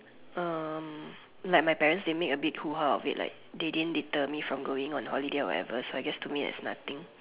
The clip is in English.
um like my parents they made a big hooha of it like and they didn't deter me from going on holiday or whatever so I guess to me it's nothing